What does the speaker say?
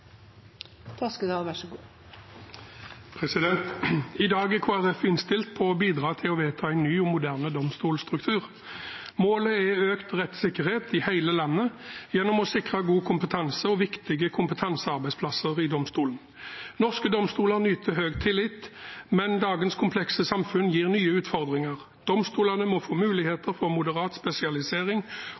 økt rettssikkerhet i hele landet gjennom å sikre god kompetanse og viktige kompetansearbeidsplasser i domstolen. Norske domstoler nyter høy tillit, men dagens komplekse samfunn gir nye utfordringer. Domstolene må få muligheter for moderat spesialisering